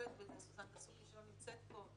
שמטפלת בזה, סוזן ===, שלא נמצאת פה.